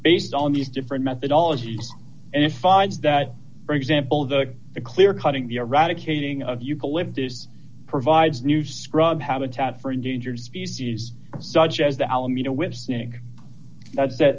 based on these different methodology and it finds that for example the the clear cutting the eradicating of eucalyptus provides new scrub habitat for endangered species such as the alameda with snake that